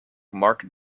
mark